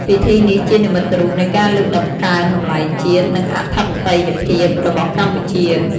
ពិធីនេះជានិមិត្តរូបនៃការលើកតម្កើងតម្លៃជាតិ និងអធិបតេយ្យភាពរបស់កម្ពុជា។